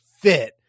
fit